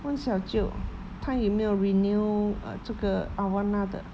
问小舅他有没有 renew uh 这个 awana 的